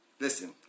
Listen